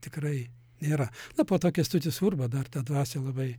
tikrai nėra na po to kęstutis urba dar tą dvasią labai